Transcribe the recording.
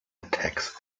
attacks